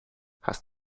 hast